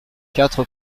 quatre